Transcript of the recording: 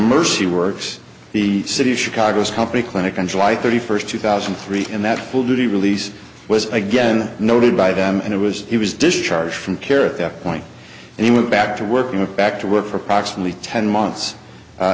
mercy works the city of chicago's company clinic on july thirty first two thousand and three and that will do the release was again noted by them and it was he was discharged from care at that point and he went back to working with back to work for approximately ten months